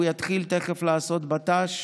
והוא יתחיל תכף לעשות בט"ש.